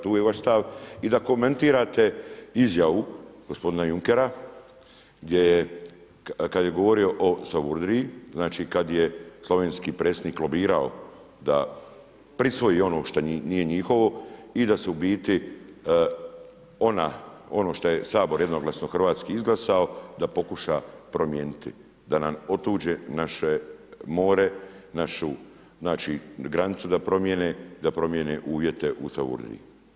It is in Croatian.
Tu je vaš stav i da komentirate izjavu gospodina Junckera gdje je, kada je govorio o Savudriji, znači kad je slovenski predsjednik lobirao da prisvoji ono što nije njihovo i da se u biti ono što je Sabor jednoglasno hrvatski izglasao da pokuša promijeniti, da nam otuđe naše more, našu znači granicu da promijene, da promijene uvjete u Savudriji.